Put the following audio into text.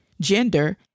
gender